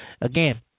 again